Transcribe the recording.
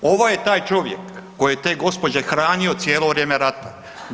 Ovo je taj čovjek koji je te gospođe hranio cijelo vrijeme rata.